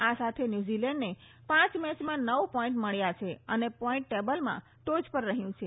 આ સાથે ન્યૂઝીલેન્ડને પાંચ મેચમાં નવ પોઈન્ટ મળ્યા છે અને પોઈન્ટ ટેબલમાં ટોચ પર રહ્યું છે